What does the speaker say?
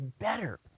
better